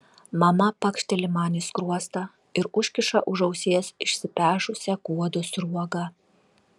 mama pakšteli man į skruostą ir užkiša už ausies išsipešusią kuodo sruogą